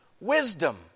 wisdom